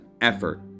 effort